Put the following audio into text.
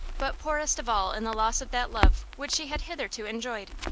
but poorest of all in the loss of that love which she had hitherto enjoyed.